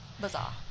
bizarre